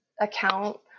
account